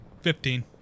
Fifteen